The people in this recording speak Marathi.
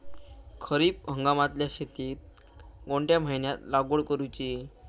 खरीप हंगामातल्या शेतीक कोणत्या महिन्यात लागवड करूची?